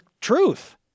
truth